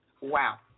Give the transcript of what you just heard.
Wow